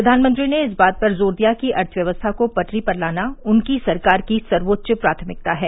प्रधानमंत्री ने इस बात पर जोर दिया कि अर्थव्यवस्था को पटरी पर लाना उनकी सरकार की सर्वोच्च प्राथमिकता है